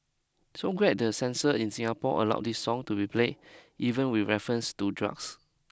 so glad the censor in Singapore allowed this song to be played even with references to drugs